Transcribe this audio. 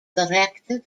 directed